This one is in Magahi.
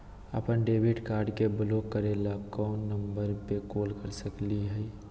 अपन डेबिट कार्ड के ब्लॉक करे ला कौन नंबर पे कॉल कर सकली हई?